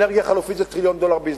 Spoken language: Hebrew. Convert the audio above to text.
אנרגיה חלופית זה טריליון דולר ביזנס.